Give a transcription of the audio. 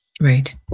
Right